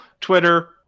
Twitter